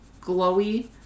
glowy